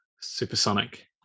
supersonic